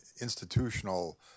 institutional